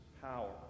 power